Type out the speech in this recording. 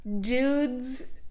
Dudes